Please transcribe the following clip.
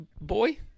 boy